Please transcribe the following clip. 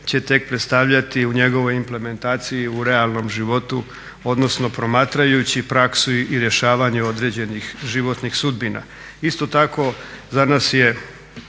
će tek predstavljati u njegovoj implementaciji u realnom životu, odnosno promatrajući praksu i rješavanje određenih životnih sudbina. Isto tako, za nas je